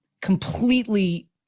completely